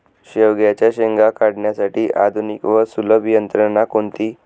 शेवग्याच्या शेंगा काढण्यासाठी आधुनिक व सुलभ यंत्रणा कोणती?